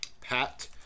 Pat